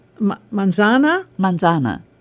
Manzana